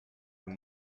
vous